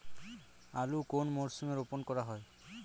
আলু কোন মরশুমে রোপণ করা হয়?